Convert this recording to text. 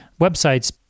websites